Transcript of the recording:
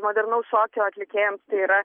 modernaus šokio atlikėjams tai yra